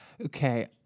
Okay